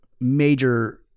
major